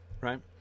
right